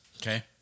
Okay